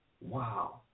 Wow